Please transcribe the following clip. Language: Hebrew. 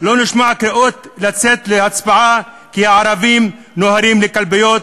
לא נשמע קריאות לצאת להצבעה כי הערבים נוהרים לקלפיות,